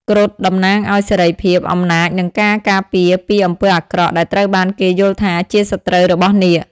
គ្រុឌតំណាងឲ្យសេរីភាព អំណាច និងការការពារពីអំពើអាក្រក់ដែលត្រូវបានគេយល់ថាជាសត្រូវរបស់នាគ។